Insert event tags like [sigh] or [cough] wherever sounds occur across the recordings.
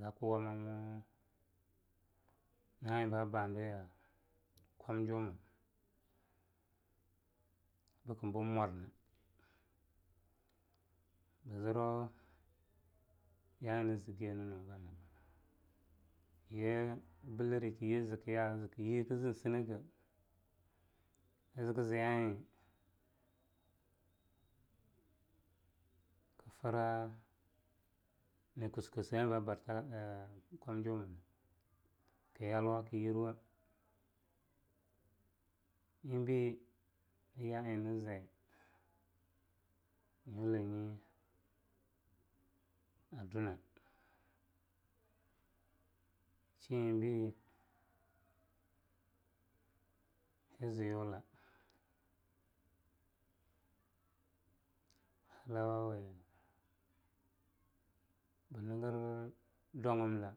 Zakwamamo na'a eing ba baadi kwamjumana bke bn mwar bzro ya'a eing nzgye nnyugana. kye Billiri kye zkya kzkznz nekei kzkzya'a eing kfra na kuseakusea a eing babarta a [unintelligible] kwamjumna kyalwa kyairwa eing bei nyina ya'a eing nzai nyulla nye a dwuna. shna eing bei kzai Yola, halawawi bngr dwangimla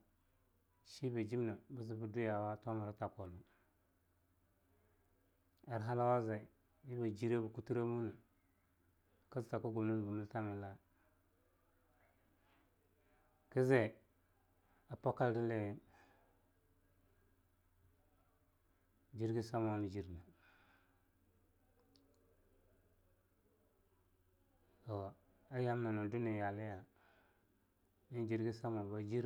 shiba jimne bzbb dwiyawa tomra takona, ar halawa zai wibjre miltamila kzai a pakaldali jirgin samawa njirne to! a yomna ndwaniyaliya eing jirgin samawa a bajir.